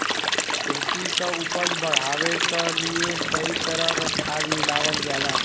खेती क उपज बढ़ावे क लिए कई तरह क खाद मिलावल जाला